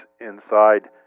inside